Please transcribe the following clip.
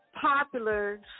popular